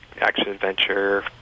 action-adventure